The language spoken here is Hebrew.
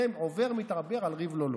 זה עובר מתעבר על ריב לא לו: